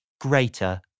greater